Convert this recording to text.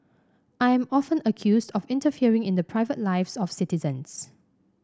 I'm often accused of interfering in the private lives of citizens